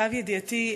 למיטב ידיעתי,